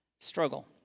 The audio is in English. struggle